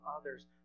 others